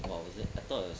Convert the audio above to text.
what was it I thought it's